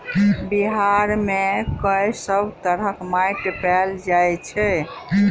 बिहार मे कऽ सब तरहक माटि पैल जाय छै?